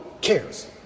cares